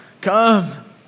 come